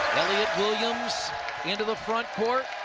elliot williams into the frontcourt.